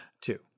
two